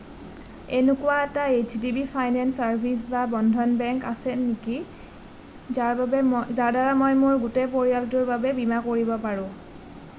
এনেকুৱা এটা H D B finance services বা বন্ধন বেংকৰ স্বাস্থ্য বীমা পলিচি আছে নেকি যাৰ দ্বাৰা মই মোৰ গোটেই পৰিয়ালটোৰ বাবে বীমা কৰিব পাৰোঁ